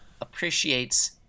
appreciates